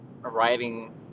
writing